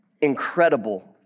incredible